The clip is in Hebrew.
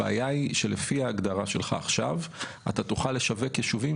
הבעיה היא שלפי ההגדרה שלך עכשיו אתה תוכל לשווק יישובים